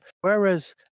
Whereas